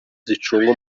zicunga